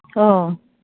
अ